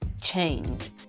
change